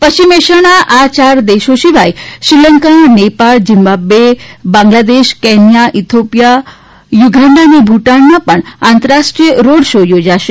પશ્ચિમ એશિયાના આ યાર દેશોસિવાય Sri Lanka Nepal Zimbabwe Bangladesh Kenya Ethiopia Uganda અને ભૂટાનમાં પણ આંતરરાષ્ટ્રીય રોડશો યોજશે